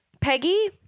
Peggy